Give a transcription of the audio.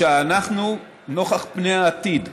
שאנחנו, נוכח פני העתיד,